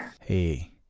Hey